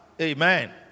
Amen